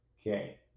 Okay